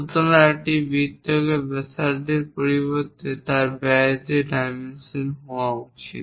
সুতরাং একটি বৃত্তকে ব্যাসার্ধের পরিবর্তে তার ব্যাস দিয়ে ডাইমেনশন হওয়া উচিত